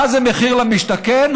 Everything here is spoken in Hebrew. מה זה מחיר למשתכן?